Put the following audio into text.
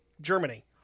Germany